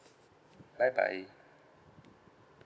bye bye